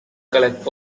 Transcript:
collect